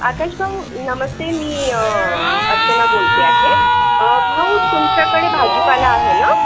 आकाश भाऊ नमस्ते मी अर्चना बोलते आहे भाऊ तुमच्याकडे भाजीपाला आहे न